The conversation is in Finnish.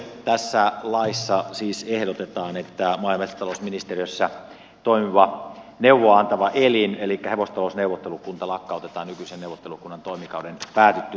tässä laissa siis ehdotetaan että maa ja metsätalousministeriössä toimiva neuvoa antava elin elikkä hevostalousneuvottelukunta lakkautetaan nykyisen neuvottelukunnan toimikauden päätyttyä